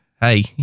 hey